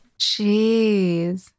jeez